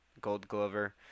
gold-glover